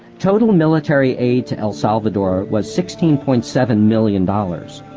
total military aid to el salvador was sixteen point seven million dollars.